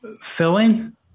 filling